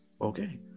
Okay